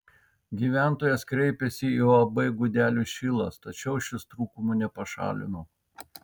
gyventojas kreipėsi į uab gudelių šilas tačiau šis trūkumų nepašalino